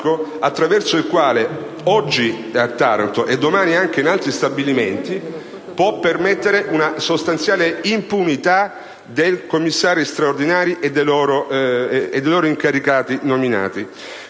attraverso il quale, oggi a Taranto e domani anche in altri stabilimenti, può essere garantita una sostanziale impunità ai commissari straordinari e agli incaricati da